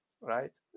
right